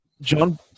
John